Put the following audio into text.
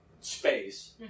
space